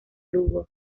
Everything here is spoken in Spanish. lugo